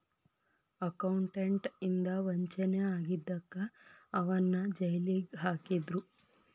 accountant ಇಂದಾ ವಂಚನೆ ಆಗಿದಕ್ಕ ಅವನ್ನ್ ಜೈಲಿಗ್ ಹಾಕಿದ್ರು